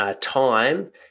time